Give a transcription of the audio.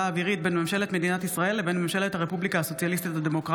האווירית בין ממשלת מדינת ישראל לבין ממשלת הרפובליקה של אוזבקיסטן,